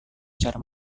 cara